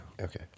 Okay